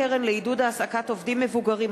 הצעת חוק הקרן לעידוד העסקת עובדים מבוגרים,